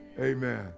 Amen